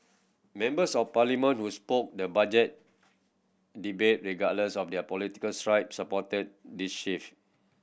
members of Parliament who was spoke the Budget debate regardless of their political stripes supported this shift